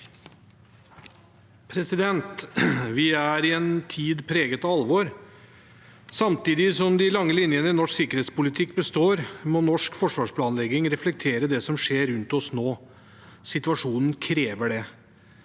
Vi er i en tid pre- get av alvor. Samtidig som de lange linjene i norsk sikkerhetspolitikk består, må norsk forsvarsplanlegging reflektere det som skjer rundt oss nå. Situasjonen krever det.